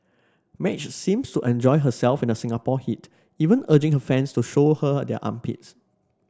Madge seems to enjoy herself in the Singapore heat even urging her fans to show her their armpits